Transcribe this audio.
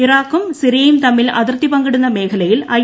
ഇറാഖും സിറിയയും തമ്മിൽ അതിർത്തി പങ്കിടുന്ന മേഖലയിൽ ഐ